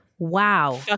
Wow